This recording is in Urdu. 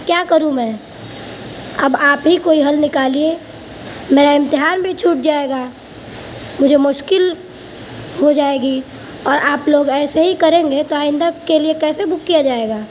کیا کروں میں اب آپ ہی کوئی حل نکالئے میرا امتحان بھی چھوٹ جائے گا مجھے مشکل ہو جائے گی اور آپ لوگ ایسے ہی کریں گے تو آئندہ کے لئے کیسے بک کیا جائے گا